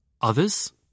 Others